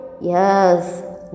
Yes